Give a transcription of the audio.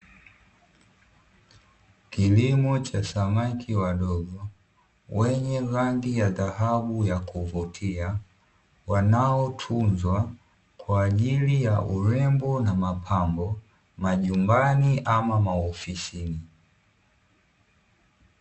Kilimo cha samaki wadogo, wenye rangi ya dhahabu ya kuvutia, wanaotunzwa kwaajili ya urembo na mapambo, kwaajili ya majumbani na ofisini.